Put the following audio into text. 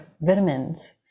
vitamins